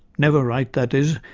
never right, that is,